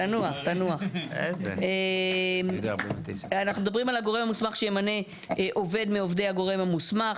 אנחנו מדברים על הגורם המוסמך שימנה עובד מעובדי הגורם המוסמך,